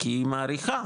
כי היא מעריכה,